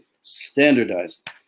standardized